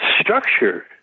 structure